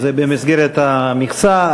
זה במסגרת המכסה.